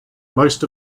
most